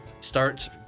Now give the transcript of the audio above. starts